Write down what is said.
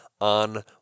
on